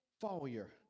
failure